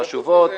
חוץ מזה,